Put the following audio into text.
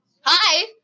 Hi